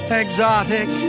exotic